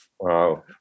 Wow